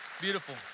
beautiful